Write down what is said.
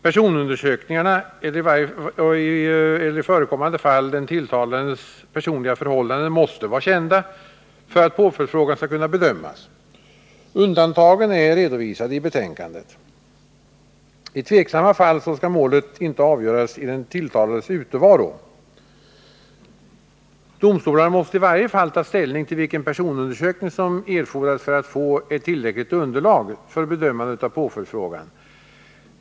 Personundersökningarna eller i förekommande fall den tilltalades personliga förhållanden måste vara kända för att påföljdsfrågan skall kunna bedömas. Undantagen är redovisade i betänkandet. I tveksamma fall skall mål inte avgöras i den tilltalades utevaro. Domstolarna måste i varje fall ta ställning till vilken personundersökning som erfordras för att få tillräckligt underlag för bedömande av påföljdsfrågan.